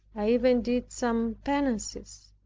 i even did some penances.